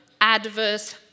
adverse